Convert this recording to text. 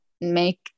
make